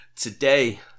today